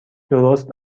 درست